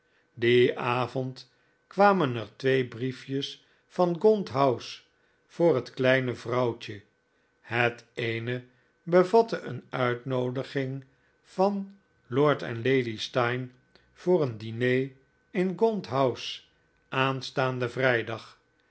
dien avond kwamen er twee briefjes van gaunt house voor het kleine vrouwtje het eene bevatte een uitnoodiging van lord en lady steyne voor een diner in gaunt house aanstaanden vrijdag